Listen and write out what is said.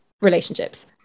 relationships